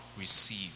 receive